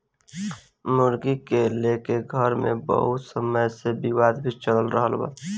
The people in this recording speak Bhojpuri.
मुर्गी के लेके घर मे बहुत समय से विवाद भी चल रहल बा